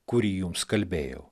kurį jums kalbėjau